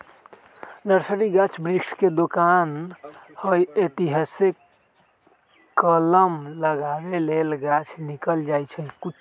nursery गाछ वृक्ष के दोकान हइ एतहीसे कलम लगाबे लेल गाछ किनल जाइ छइ